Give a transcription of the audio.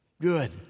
good